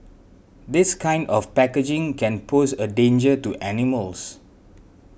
this kind of packaging can pose a danger to animals